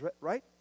right